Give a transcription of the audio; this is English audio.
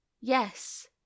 Yes